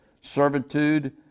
servitude